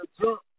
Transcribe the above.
jump